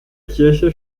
kirche